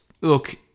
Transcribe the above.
look